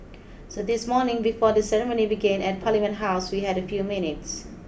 so this morning before the ceremony began at Parliament House we had a few minutes